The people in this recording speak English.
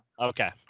Okay